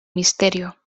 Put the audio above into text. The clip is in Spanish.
misterio